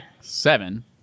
seven